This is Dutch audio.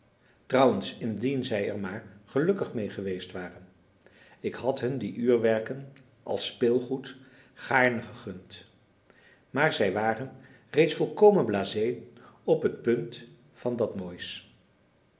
trouwens indien zij er maar gelukkig mee geweest waren ik had hun die uurwerken als speelgoed gaarne gegund maar zij waren reeds volkomen blasé op het punt van dat moois